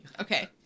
Okay